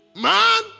man